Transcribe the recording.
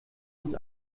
uns